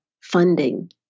funding